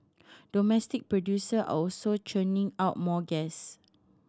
domestic producer are also churning out more gas